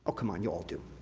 ah come on, you all do.